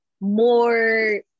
more